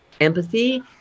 empathy